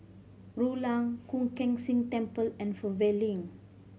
Rulang Koon Keng Sing Temple and Fernvale Link